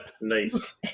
Nice